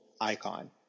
icon